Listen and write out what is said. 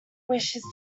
wishes